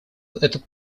этот